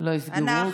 לא יסגרו,